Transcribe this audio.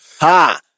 Ha